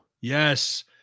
Yes